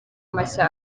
mashya